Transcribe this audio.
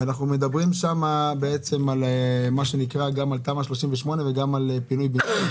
אנחנו מדברים שם בעצם גם על תמ"א 38 וגם על פינוי בינוי?